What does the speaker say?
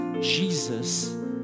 Jesus